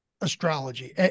astrology